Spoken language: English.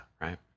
right